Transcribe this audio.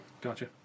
Gotcha